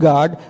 God